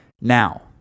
Now